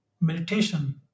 meditation